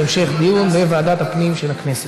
להמשך דיון בוועדת הפנים של הכנסת.